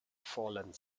falling